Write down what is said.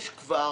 יש כבר